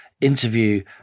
interview